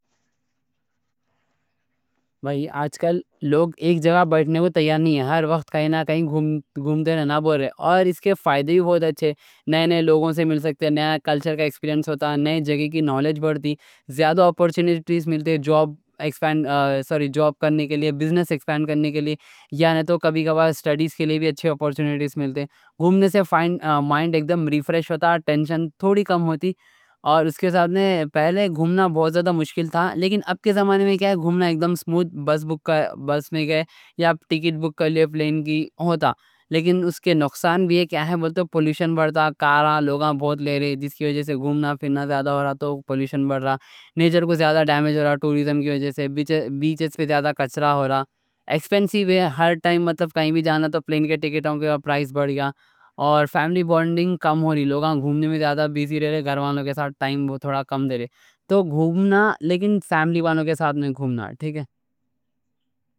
بھائی آج کل لوگ ایک جگہ بیٹھنے کو تیار نہیں ہے، ہر وقت کہیں نہ کہیں گھومتے رہنا بول رہے۔ اور اس کے فائدے بھی بہت اچھے، نئے نئے لوگوں سے مل سکتے ہیں، نئے کلچر کا ایکسپیرینس ہوتا، نئی جگہ کی نالج بڑھتی، زیادہ اپورچنیٹیز ملتے ہیں، جاب جاب کرنے کے لئے، بزنس ایکسپینڈ کرنے کے لئے، یا نہیں تو کبھی کبھار سٹڈیز کے لئے بھی اچھے اپورچنیٹیز ملتے ہیں۔ گھومنے سے مائنڈ ایک دم ریفریش ہوتا، ٹینشن تھوڑی کم ہوتی، اور اس کے ساتھ میں پہلے گھومنا بہت زیادہ مشکل تھا، لیکن اب کے زمانے میں گھومنا ایک دم سموٹھ، بس میں گئے یا پلین کی ٹکٹ بک کر لیے ہوتا۔ لیکن اس کے نقصان بھی ہے، کیا ہے بولتے ہو؟ پولوشن بڑھتا، کاراں لوگاں بہت لے رہے، جس کی وجہ سے گھومنا پھرنا زیادہ ہو رہا تو پولوشن بڑھ رہا، نیچر کو زیادہ ڈیمیج ہو رہا، ٹوریزم کی وجہ سے بیچز پہ زیادہ کچرا ہو رہا، ایکسپینسیو ہے ہر ٹائم، مطلب کہیں بھی جانا تو پلین کے ٹکٹوں کے پرائز بڑھ گیا۔ اور فیملی بانڈنگ کم ہو رہی، لوگاں گھومنے میں زیادہ بیزی رہ رہے، گھر والوں کے ساتھ ٹائم تھوڑا کم دے رہے۔ تو گھومنا، لیکن فیملی والوں کے ساتھ گھومنا ٹھیک ہے۔